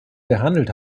gehandelt